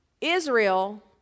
Israel